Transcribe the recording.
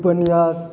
उपन्यास